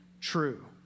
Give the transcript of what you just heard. true